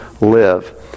live